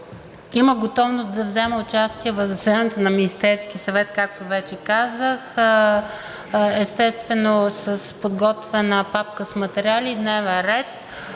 имам готовност да взема участие в заседанието на Министерския съвет, както вече казах, естествено с подготвена папка с материали и дневен ред.